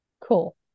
cool